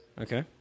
okay